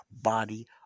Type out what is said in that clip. Body